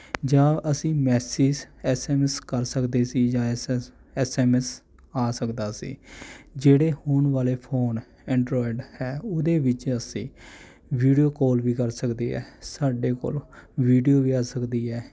ਜਾਂ ਅਸੀਂ message S M S ਕਰ ਸਕਦੇ ਸੀ ਜਾਂ S S S M S ਆ ਸਕਦਾ ਸੀ ਜਿਹੜੇ ਹੁਣ ਵਾਲੇ ਫੋਨ ਐਨਡਰਾਇਡ ਹੈ ਉਹਦੇ ਵਿੱਚ ਅਸੀਂ ਵੀਡੀਓ ਕਾਲ ਵੀ ਕਰ ਸਕਦੇ ਹਾਂ ਸਾਡੇ ਕੋਲ ਵੀਡੀਉ ਵੀ ਆ ਸਕਦੀ ਹੈ